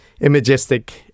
imagistic